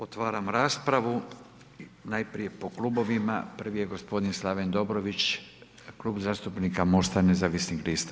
Otvaram raspravu, najprije po klubovima, prvi je gospodin Slaven Dobrović, Klub zastupnika Mosta nezavisnih lista.